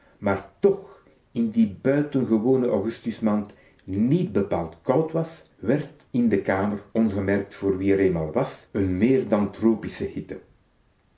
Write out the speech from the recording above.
maar t toch in die buitengewone augustusmaand niet bepaald koud was werd t in de kamer ongemerkt voor wie r eenmaal was n meer dan tropische hitte